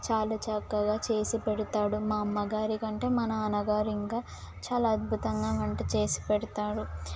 చాలా చక్కగా చేసి పెడతాడు మా అమ్మగారి కంటే మా నాన్నగారు ఇంకా చాలా అద్భుతంగా వంట చేసి పెడతాడు